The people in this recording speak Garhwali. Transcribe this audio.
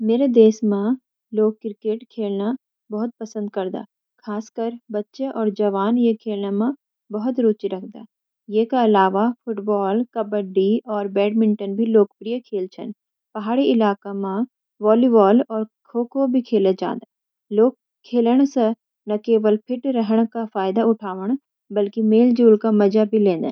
मेरे देश म लोग क्रिकेट खेलना बहुत पसंद करदा। खासकर बच्चे और जवान ये खेलन म बहुत रुचि रखद। ये का अलावा, फुटबॉल, कबड्डी, और बैडमिंटन भी लोकप्रिय खेल छन। पहाड़ी इलाकां म वालीबॉल और खो-खो भी खेला जांद। लोग खेलन स ना केवल फिट रहण का फायदा उठावण, बल्की मेल-जोल क मजा भी लेंदन।